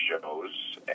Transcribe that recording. shows